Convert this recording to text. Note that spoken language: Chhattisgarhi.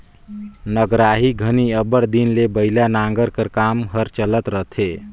नगराही घनी अब्बड़ दिन ले बइला नांगर कर काम हर चलत रहथे